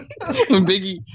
Biggie